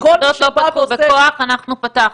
המסעדות לא פתחו בכוח, אנחנו פתחנו אותן.